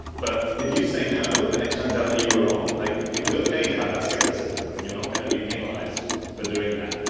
but if you say no and it turns out that you were ah wrong, like it was okay to have that scepticism and you're not going to be penalized for doing that.